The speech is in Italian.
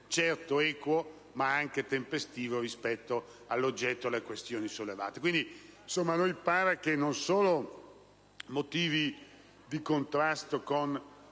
certamente equo, ma anche tempestivo rispetto all'oggetto e alle questioni sollevate.